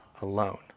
alone